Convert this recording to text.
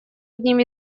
одним